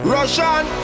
Russian